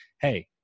Hey